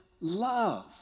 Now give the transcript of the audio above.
love